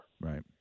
Right